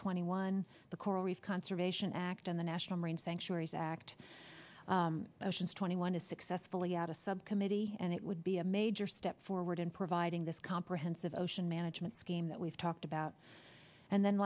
twenty one the coral reef conservation act and the national marine sanctuaries act of twenty one to successfully add a subcommittee and it would be a major step forward in providing this comprehensive ocean management scheme that we've talked about and then